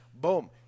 Boom